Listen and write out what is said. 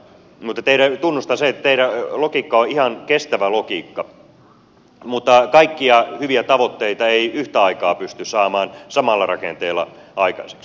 tunnustan sen että teidän logiikkanne on ihan kestävä logiikka mutta kaikkia hyviä tavoitteita ei yhtä aikaa pysty saamaan samalla rakenteella aikaiseksi